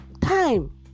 time